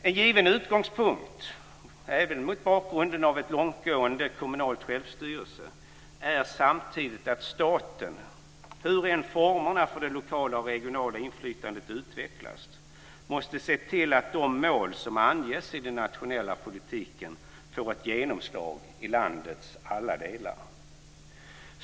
En given utgångspunkt även mot bakgrund av en långtgående kommunal självstyrelse är samtidigt att staten, hur än formerna för att det lokala och regionala inflytandet utvecklas, måste se till att de mål som anges i den nationella politiken får ett genomslag i landets alla delar.